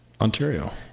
Ontario